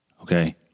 Okay